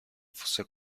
fosse